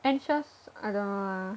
anxious I don't know lah